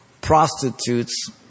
prostitutes